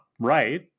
right